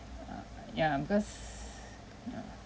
uh yeah because uh